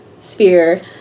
sphere